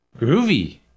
Groovy